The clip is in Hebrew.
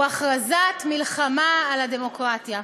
הוא הכרזת מלחמה על הדמוקרטיה.